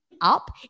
up